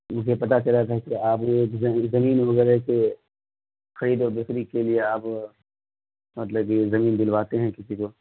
مجھے پتہ چلا تھا کہ آپ ایک زمین وغیرہ کے خرید و بکری کے لیے آپ مطلب کہ زمین دلواتے ہیں کسی کو